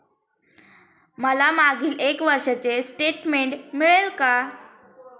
मला मागील एक वर्षाचे स्टेटमेंट मिळेल का?